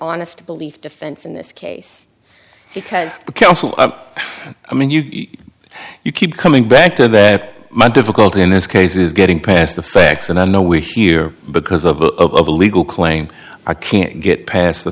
honest belief defense in this case because the council i mean you you keep coming back to that my difficulty in this case is getting past the facts and i know we hear because of the legal claim i can't get past the